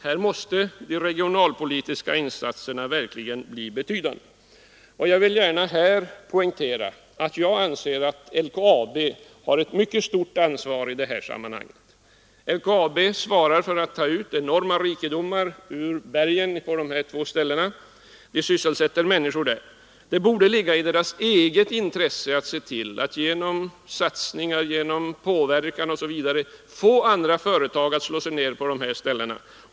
Här måste de regionalpolitiska insatserna verkligen bli betydande. Jag vill gärna poängtera att jag anser att LKAB har ett mycket stort ansvar i detta sammanhang. LKAB svarar för att ta ut enorma rikedomar ur bergen på de här två ställena och sysselsätter människor med detta. Det borde ligga i företagets eget intresse att se till att, genom satsningar, påverkan osv., få andra företag att slå sig ned på dessa orter.